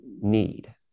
need